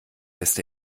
lässt